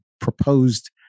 proposed